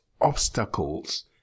obstacles